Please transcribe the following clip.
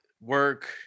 work